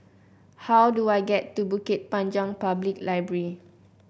how do I get to Bukit Panjang Public Library